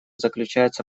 заключается